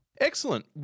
Excellent